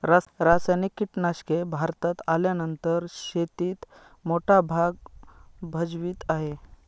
रासायनिक कीटनाशके भारतात आल्यानंतर शेतीत मोठा भाग भजवीत आहे